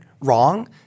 wrong